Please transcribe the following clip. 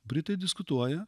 britai diskutuoja